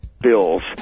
bills